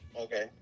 okay